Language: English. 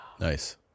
Nice